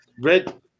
Red